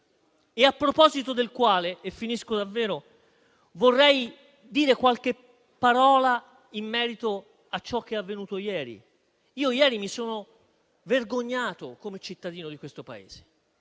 A tal proposito - e finisco davvero - vorrei dire qualche parola in merito a ciò che è avvenuto ieri. Io ieri mi sono vergognato come cittadino di questo Paese,